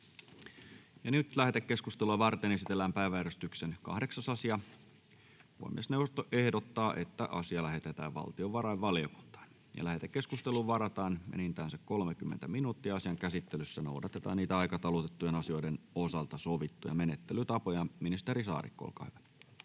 Lähetekeskustelua varten esitellään päiväjärjestyksen 7. asia. Puhemiesneuvosto ehdottaa, että asia lähetetään valtiovarainvaliokuntaan. Lähetekeskusteluun varataan enintään 30 minuuttia. Asian käsittelyssä noudatetaan aikataulutettujen asioiden osalta sovittuja menettelytapoja. — Ministeri Saarikko, olkaa hyvä.